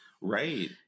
Right